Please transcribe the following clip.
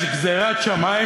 יש גזירת שמים,